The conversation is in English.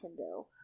Nintendo